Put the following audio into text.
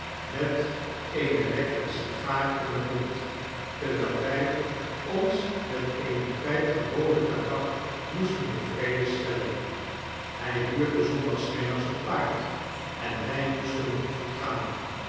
met eene lekkere sigaar in den mond terwijl wy ons met eene pyp gewone tabak moesten tevreden stellen hij huurde s zondagsnamiddags een paard en wij moesten te voet gaan